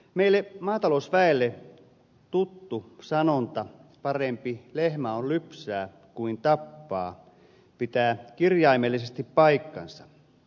meille maatalousväelle tuttu sanonta parempi lehmä on lypsää kuin tappaa pitää kirjaimellisesti paikkansa